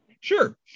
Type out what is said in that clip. Sure